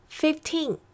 fifteen